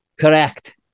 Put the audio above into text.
Correct